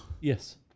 Yes